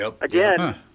again